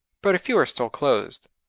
but a few are still closed.